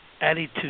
attitude